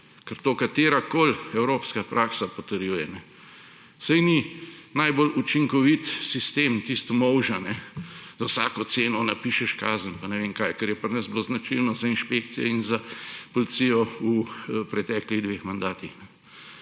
ker to katerakoli evropska praksa potrjuje. Saj ni najbolj učinkovit sistem tista molža, da za vsako ceno napišeš kazen, kar je pri nas bilo značilno za inšpekcije in za policijo v preteklih dveh mandatih.